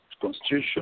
constitution